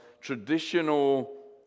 traditional